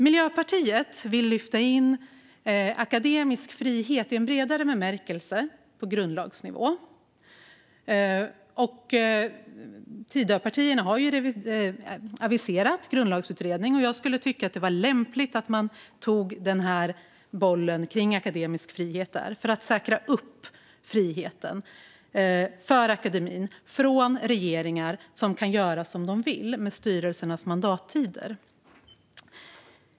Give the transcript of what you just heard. Miljöpartiet vill lyfta in akademisk frihet i en bredare bemärkelse på grundlagsnivå. Tidöpartierna har aviserat en grundlagsutredning, och jag tycker att det skulle vara lämpligt att de tog bollen kring akademisk frihet där för att säkra friheten för akademin från regeringar som kan göra som de vill med styrelsernas mandatperioder.